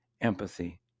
empathy